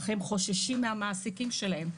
אך הם חוששים מהמעסיקים שלהם.